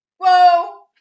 Whoa